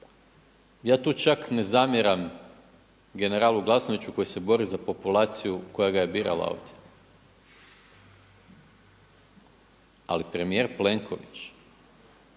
Ja tu čak ne zamjeram generalu Glasnoviću koji se bori za populaciju koja ga je birala ovdje, ali premijer Plenković